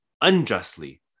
unjustly